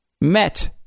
met